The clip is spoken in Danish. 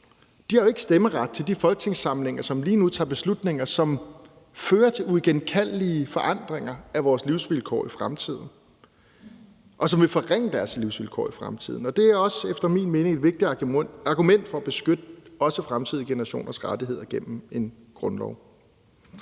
De har jo ikke stemmeret til folketingsvalg, og Folketinget tager lige nu beslutninger, som fører til uigenkaldelige forandringer af vores livsvilkår i fremtiden, og som vil forringe deres livsvilkår i fremtiden. Det er efter min mening også et vigtigt argument for at beskytte også fremtidige generationers rettigheder gennem en grundlov.